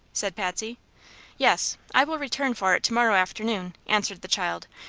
said patsy yes i will return for it to-morrow afternoon, answered the child,